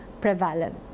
prevalent